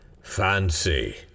Fancy